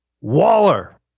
Waller